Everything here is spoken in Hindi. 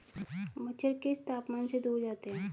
मच्छर किस तापमान से दूर जाते हैं?